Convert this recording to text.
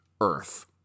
Earth